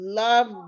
love